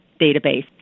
database